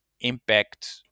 impact